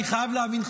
אני חייב להבין,